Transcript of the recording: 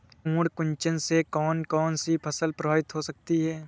पर्ण कुंचन से कौन कौन सी फसल प्रभावित हो सकती है?